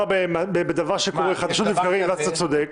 מדובר בדבר שקורה חדשות לבקרים אז אתה צודק,